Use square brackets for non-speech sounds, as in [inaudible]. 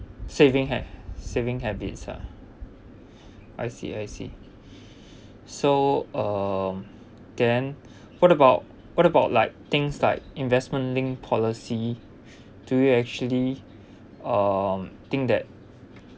saving ha~ saving habits ah I see I see so um then what about what about like things like investment linked policy [breath] do you actually um think that